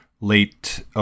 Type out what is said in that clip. late